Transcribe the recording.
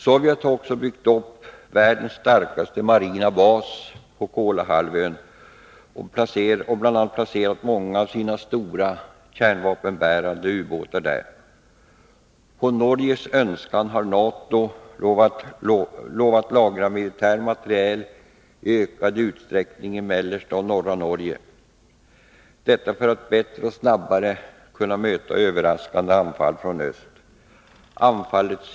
Sovjet har också byggt upp världens starkaste marina bas på Kolahalvön och bl.a. placerat många av sina stora kärnvapenutrustade ubåtar där. På Norges önskan har NATO lovat lagra militär materiel i ökad utsträckning i mellersta och norra Norge, detta för att bättre och snabbare kunna möta ett överraskande anfall från Öst. Anfallets.